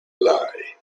lie